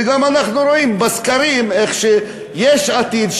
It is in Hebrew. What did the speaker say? ואנחנו גם רואים בסקרים איך יש עתיד,